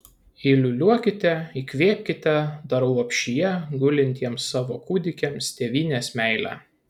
įliūliuokite įkvėpkite dar lopšyje gulintiems savo kūdikiams tėvynės meilę